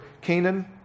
Canaan